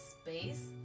space